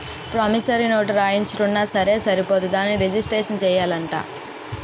promissory note రాయించుకున్నా సరే సరిపోదు దానిని రిజిస్ట్రేషను సేయించాలట